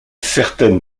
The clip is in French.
certaines